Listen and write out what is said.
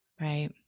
Right